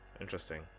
interesting